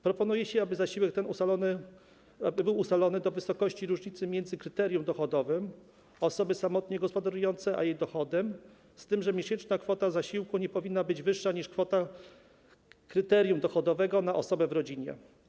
Proponuje się, aby zasiłek ten był ustalony do wysokości różnicy między kryterium dochodowym osoby samotnie gospodarującej a jej dochodem, z tym że miesięczna kwota zasiłku nie powinna być wyższa niż kwota kryterium dochodowego na osobę w rodzinie.